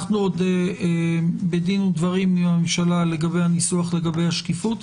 אנו בדין ודברים עם הממשלה לגבי הניסוח לגבי השקיופת.